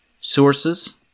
sources